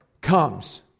comes